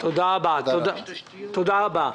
תודה רבה.